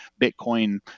Bitcoin